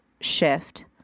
shift